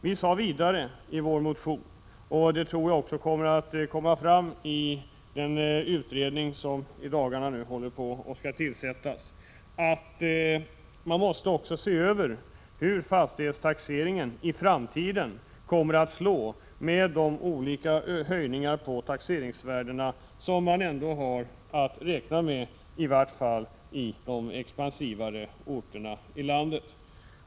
Vi sade vidare i vår motion — och det tror jag också kommer att komma fram i den utredning som i dagarna skall tillsättas — att man också måste se över hur fastighetstaxeringen i framtiden kommer att slå med de olika höjningarna på taxeringsvärdet som man ändå har att räkna med, i varje fall i de expansivare orterna i landet.